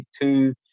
two